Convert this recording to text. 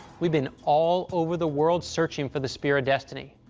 we've been all over the world searching for the spear of destiny.